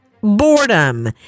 boredom